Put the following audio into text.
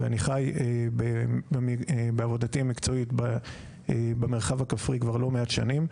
אני חי בעבודתי המקצועית במרחב הכפרי כבר לא מעט שנים,